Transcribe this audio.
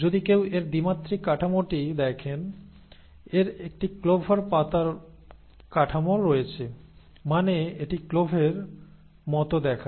যদি কেউ এর দ্বিমাত্রিক কাঠামোটি দেখেন এর একটি ক্লোভার পাতার কাঠামো রয়েছে মানে এটি ক্লোভের মত দেখায়